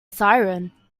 siren